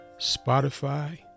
Spotify